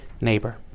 neighbor